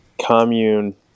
commune